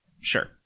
Sure